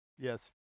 Yes